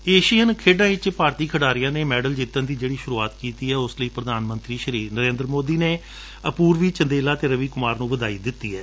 Asian ਖੇਡਾਂ ਵਿਚ ਭਾਰਤੀ ਖਿਡਾਰੀਆਂ ਨੇ ਮੈਡਲ ਜਿੱਤਣ ਦੀ ਜਿਹੜੀ ਸੁਰੂਆਤ ਕੀਤੀ ਏ ਉਸ ਲਈ ਪ੍ਰਧਾਨ ਮੰਤਰੀ ਨਰੇਦਰ ਮੋਦੀ ਨੇ ਅਪੁਰਵੀ ਚੰਦੇਲਾ ਅਤੇ ਰਵੀ ਕੁਮਾਰ ਨੂੰ ਵਧਾਈ ਦਿੱਤੀ ਏ